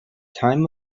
time